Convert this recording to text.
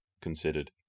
considered